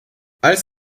als